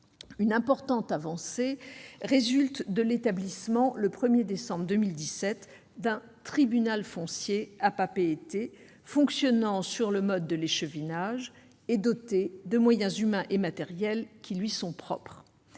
Une importante avancée résulte de la mise en place, le 1 décembre 2017, d'un tribunal foncier à Papeete, fonctionnant sur le mode de l'échevinage et doté de moyens humains et matériels propres.